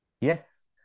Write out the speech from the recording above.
Yes